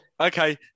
Okay